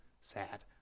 sad